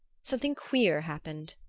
something queer happened.